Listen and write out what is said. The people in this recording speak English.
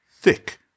Thick